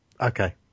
okay